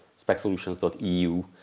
Specsolutions.eu